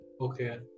Okay